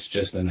just and